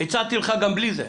הצעתי לך גם בלי זה.